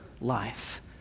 life